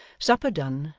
supper done,